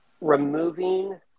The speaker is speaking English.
Removing